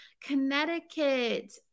Connecticut